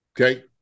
okay